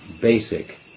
basic